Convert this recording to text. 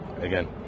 again